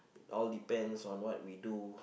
all depends on what we do